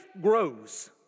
grows